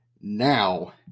Now